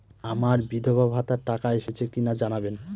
আমার বিধবাভাতার টাকা এসেছে কিনা জানাবেন?